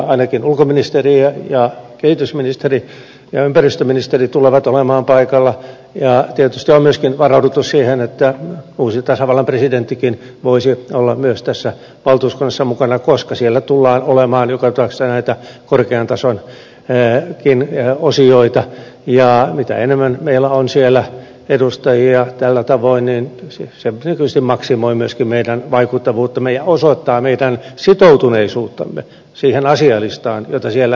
ainakin ulkoministeri ja kehitysministeri ja ympäristöministeri tulevat olemaan paikalla ja tietysti on myöskin varauduttu siihen että uusi tasavallan presidenttikin voisi olla myös tässä valtuuskunnassa mukana koska siellä tulee olemaan joka tapauksessa näitä korkean tasonkin osioita ja mitä enemmän meillä on siellä edustajia tällä tavoin se tietysti maksimoi myöskin meidän vaikuttavuuttamme ja osoittaa meidän sitoutuneisuuttamme siihen asialistaan jota siellä käsitellään